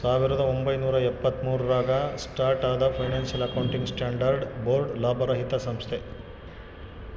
ಸಾವಿರದ ಒಂಬೈನೂರ ಎಪ್ಪತ್ತ್ಮೂರು ರಾಗ ಸ್ಟಾರ್ಟ್ ಆದ ಫೈನಾನ್ಸಿಯಲ್ ಅಕೌಂಟಿಂಗ್ ಸ್ಟ್ಯಾಂಡರ್ಡ್ಸ್ ಬೋರ್ಡ್ ಲಾಭರಹಿತ ಸಂಸ್ಥೆ